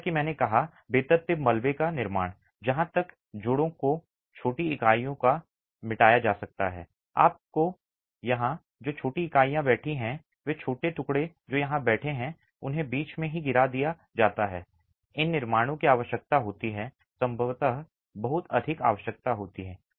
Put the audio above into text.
जैसा कि मैंने कहा बेतरतीब मलबे का निर्माण जहाँ जोड़ों को छोटी इकाइयों के साथ मिटाया जाता है आप यहाँ जो छोटी इकाइयाँ बैठी हैं वे छोटे टुकड़े जो यहाँ बैठे हैं उन्हें बीच में ही गिरा दिया जाता है इन निर्माणों की आवश्यकता होती है संभवतः बहुत अधिक आवश्यकता होती है